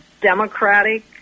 democratic